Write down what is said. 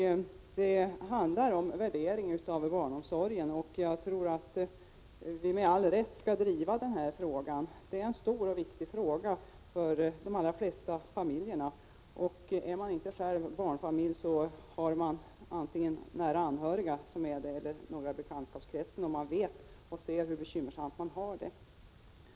Det handlar om värdering av barnomsorgen. Jag tror att det är med all rätt som vi driver denna fråga, som är stor och viktig för de allra flesta familjer. Även den som inte har barn, har antingen nära anhöriga eller personer i bekantskapskretsen som har det. Därför vet alla hur bekymmersamt barnfamiljerna kan ha det.